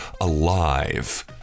alive